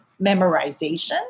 memorization